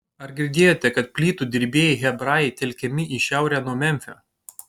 ar girdėjote kad plytų dirbėjai hebrajai telkiami į šiaurę nuo memfio